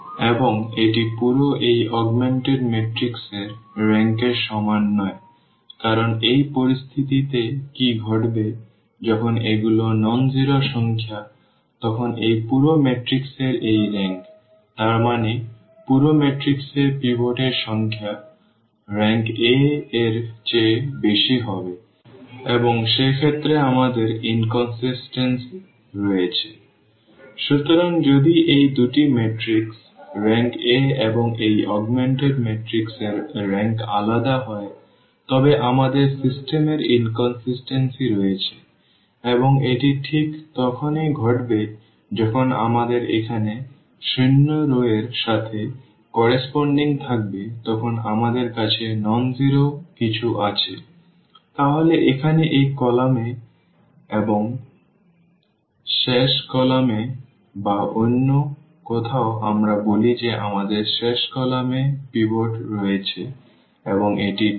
এবং এটি পুরো এই অগমেন্টেড ম্যাট্রিক্স এর রেংক এর সমান নয় কারণ এই পরিস্থিতিতে কী ঘটবে যখন এগুলি অ শূন্য সংখ্যা তখন এই পুরো ম্যাট্রিক্স এর এই রেংক তার মানে পুরো ম্যাট্রিক্স এ পিভট এর সংখ্যা RankA এর চেয়ে বেশি হবে এবং সেক্ষেত্রে আমাদের অসঙ্গতি রয়েছে সুতরাং যদি এই দুটি ম্যাট্রিক্স RankA এবং এই অগমেন্টেড ম্যাট্রিক্স এর রেংক আলাদা হয় তবে আমাদের সিস্টেম এর অসঙ্গতি রয়েছে এবং এটি ঠিক তখনই ঘটবে যখন আমাদের এখানে শূন্য রওর সাথে সামঞ্জস্যপূর্ণ থাকবে তখন আমাদের কাছে অ শূন্য কিছু আছে তাহলে এখানে এই কলাম এ এবং শেষ কলাম এ বা অন্য কথায় আমরা বলি যে আমাদের শেষ কলাম এ পিভট রয়েছে এবং এটি ঠিক